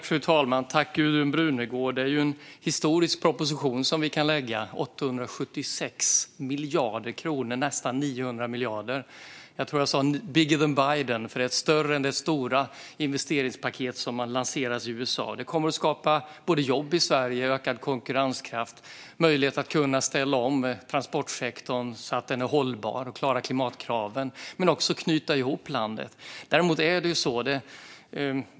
Fru talman! Tack, Gudrun Brunegård, för frågan! Det är en historisk proposition som vi kan lägga fram: 876 miljarder kronor, alltså nästan 900 miljarder. Jag tror att jag sa "bigger than Biden", för det är större än det stora investeringspaket som har lanserats i USA. Det här kommer att skapa både jobb i Sverige och ökad konkurrenskraft. Det ger transportsektorn en möjlighet att ställa om så att den blir hållbar och klarar klimatkraven men också att knyta ihop landet.